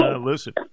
listen